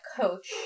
Coach